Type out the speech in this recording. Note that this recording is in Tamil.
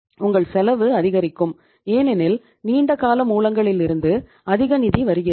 உங்கள் செலவு அதிகரிக்கும் ஏனெனில் நீண்ட கால மூலங்களிலிருந்து அதிக நிதி வருகிறது